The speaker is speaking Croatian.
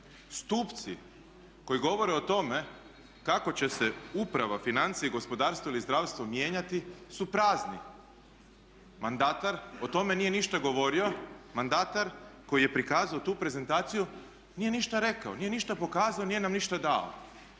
stupci koji govore o tome kako će se uprava, financije i gospodarstvo ili zdravstvo mijenjati su prazni. Mandatar o tome nije ništa govorio. Mandatar koji je prikazao tu prezentaciju nije ništa rekao, nije ništa pokazao, nije nam ništa dao.